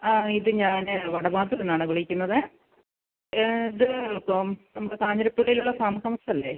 ആ ഇത് ഞാൻ വടവത്തൂരിൽനിന്നാണ് വിളിക്കുന്നതെ ഇത് ഇപ്പം ഹൗസ് കാഞ്ഞിരപ്പള്ളിയിലുള്ള ഫാം ഹൗസ് അല്ലേ